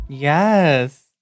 Yes